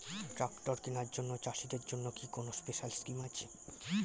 Tractor কেনার জন্য চাষিদের জন্য কি কোনো স্পেশাল স্কিম আছে?